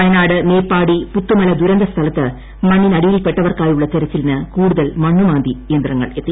വയനാട്ട് മേപ്പാടി പുത്തുമല ദുരന്ത സ്ഥലത്ത് മണ്ണിന് അടിയിൽപ്പെട്ടവർക്കായുള്ള തീർച്ചിലിന് കൂടുതൽ മണ്ണുമാന്തി യന്ത്രങ്ങൾ എത്തി